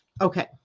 Okay